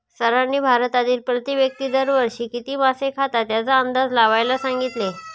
सरांनी भारतातील प्रति व्यक्ती दर वर्षी किती मासे खातात याचा अंदाज लावायला सांगितले?